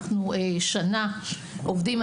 אנחנו שנה עובדים.